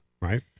Right